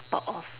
thought of